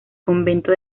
convento